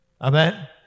Amen